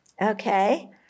Okay